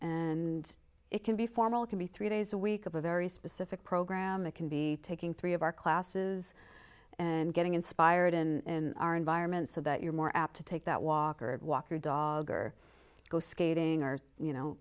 and it can be formal can be three days a week of a very specific program that can be taking three of our classes and getting inspired in our environment so that you're more apt to take that walker walk your dog or go skating or you know